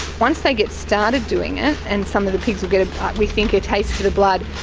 once they get started doing it and some of the pigs will get we think a taste for the blood,